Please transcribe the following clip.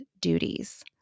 duties